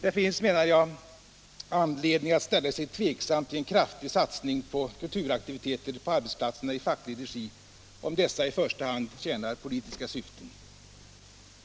Det finns, menar jag, anledning att ställa sig tveksam till en kraftig satsning på kulturaktiviteter på arbetsplatserna i facklig regi, om dessa i första hand tjänar politiska syften.